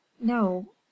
no